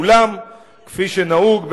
אולם כפי שנהוג,